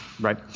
right